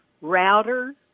router